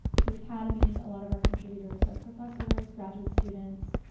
the academy, a lot of our contributors, our professors, graduate students.